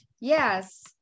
Yes